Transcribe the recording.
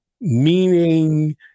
meaning